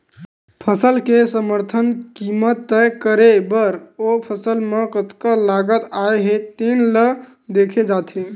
फसल के समरथन कीमत तय करे बर ओ फसल म कतका लागत आए हे तेन ल देखे जाथे